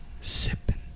Sipping